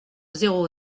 zéro